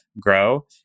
grow